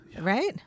Right